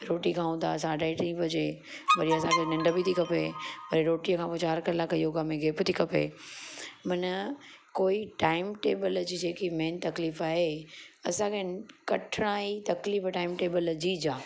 रोटी खाऊं था साढे टी ॿजे वरी असांखे निंढ बि थी खपे वरी रोटीअ खां पोइ चार कलाक योगा में गेप थी खपे मन कोई टाइम टेबल जी जेकी मेन तकलीफ़ आहे असांखे कठिनाई तकलीफ़ टाइम टेबल जी ज आहे